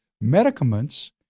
medicaments